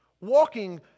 walking